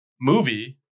movie